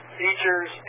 features